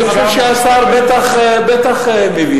אני חושב שהשר בטח מבין.